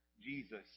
Jesus